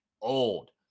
old